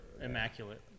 immaculate